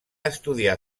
estudiar